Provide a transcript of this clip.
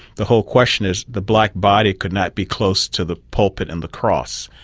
the whole question is, the black body could not be close to the pulpit and the cross.